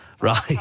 Right